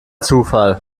zufall